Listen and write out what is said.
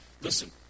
Listen